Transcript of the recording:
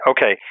Okay